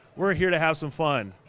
we're here to have some fun.